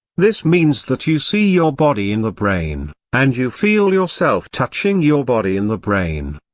this means that you see your body in the brain, and you feel yourself touching your body in the brain.